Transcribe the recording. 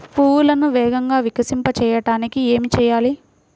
పువ్వులను వేగంగా వికసింపచేయటానికి ఏమి చేయాలి?